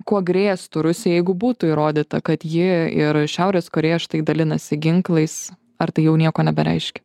kuo grėstų rusija jeigu būtų įrodyta kad ji ir šiaurės korėja štai dalinasi ginklais ar tai jau nieko nebereiškia